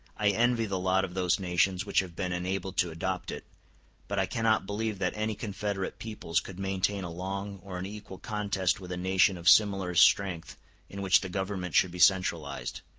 i envy the lot of those nations which have been enabled to adopt it but i cannot believe that any confederate peoples could maintain a long or an equal contest with a nation of similar strength in which the government should be centralized.